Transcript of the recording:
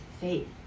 faith